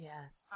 Yes